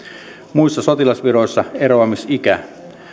muissa sotilasviroissa eroamisikä